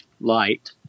light